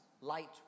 Light